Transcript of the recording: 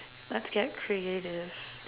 let's get creative